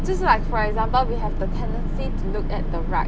就是 like for example we have the tendency to look at the right